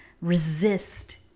resist